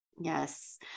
Yes